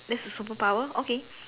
that's your superpower okay